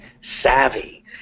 savvy